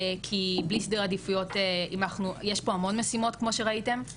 כי יש פה המון משימות כמו שראיתם,